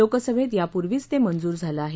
लोकसभेत यापूर्वीच ते मंजूर झालं आहे